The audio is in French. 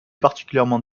particulièrement